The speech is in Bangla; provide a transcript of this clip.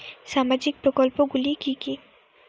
সামাজিক প্রকল্প গুলি কি কি?